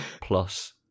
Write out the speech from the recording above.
plus